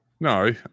No